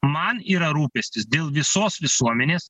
man yra rūpestis dėl visos visuomenės